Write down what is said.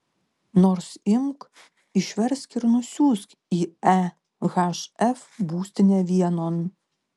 nors imk išversk ir nusiųsk į ehf būstinę vienon